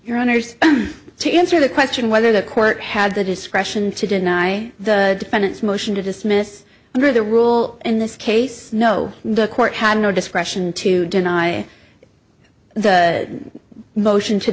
honour's to answer the question whether the court had the discretion to deny the defendants motion to dismiss under the rule in this case no the court had no discretion to deny the motion to